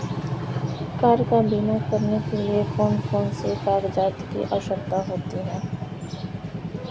Car का बीमा करने के लिए कौन कौन से कागजात की आवश्यकता होती है?